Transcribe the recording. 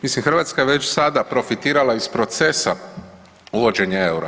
Mislim Hrvatska je već sada profitirala iz procesa uvođenja eura.